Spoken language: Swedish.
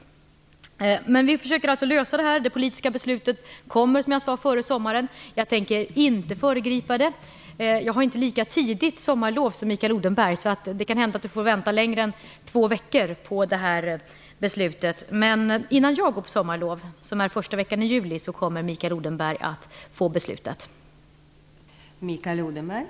Men vi försöker alltså lösa det här. Det politiska beslutet kommer som jag sade före sommaren. Jag tänker inte föregripa det. Jag har inte lika tidigt sommarlov som Mikael Odenberg, så det kan hända att han får vänta längre än två veckor på det här beslutet. Men innan jag går på sommarlov den första veckan i juli kommer Mikael Odenberg att få ta del av beslutet.